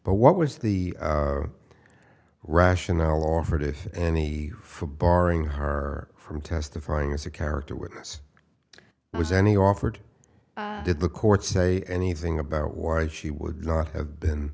but what was the rationale offered if any for barring her from testifying as a character witness was any offered did the court say anything about why she would not have been